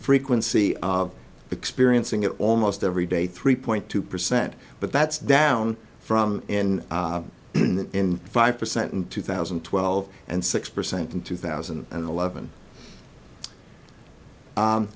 frequency of experiencing it almost every day three point two percent but that's down from in five percent in two thousand and twelve and six percent in two thousand and eleven